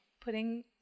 putting